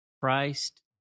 Christ